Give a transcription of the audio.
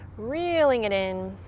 reeling it in.